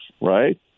right